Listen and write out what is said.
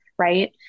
right